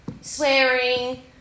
swearing